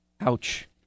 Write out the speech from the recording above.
Ouch